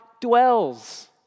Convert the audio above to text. dwells